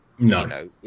No